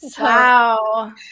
Wow